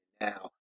Now